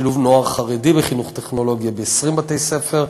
שילוב נוער חרדי בחינוך הטכנולוגי ב-20 בתי-ספר,